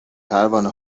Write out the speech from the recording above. پروانه